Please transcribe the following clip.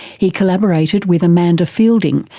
he collaborated with amanda feilding,